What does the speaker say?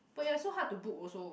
but you are so hard to book also